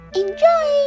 enjoy